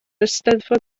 eisteddfod